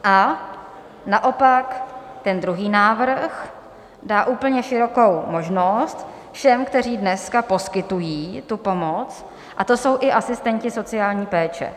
A naopak ten druhý návrh dá úplně širokou možnost všem, kteří dneska poskytují tu pomoc, a to jsou i asistenti sociální péče.